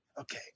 Okay